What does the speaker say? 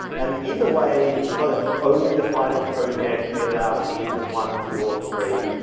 and either way for only the final project we allow teams of one, two or three.